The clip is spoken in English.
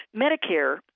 Medicare